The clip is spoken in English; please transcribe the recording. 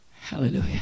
Hallelujah